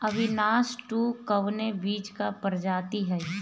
अविनाश टू कवने बीज क प्रजाति ह?